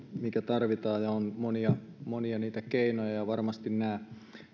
mitä tarvitaan ja niitä keinoja on monia